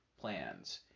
plans